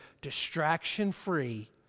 distraction-free